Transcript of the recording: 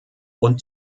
und